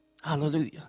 Hallelujah